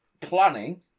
planning